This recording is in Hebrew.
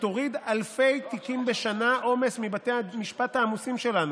שתוריד עומס של אלפי תיקים בשנה מבתי המשפט העמוסים שלנו.